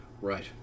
Right